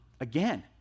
again